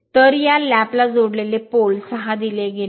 तर या लॅप ला जोडलेले पोल 6 दिले आहे